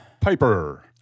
Piper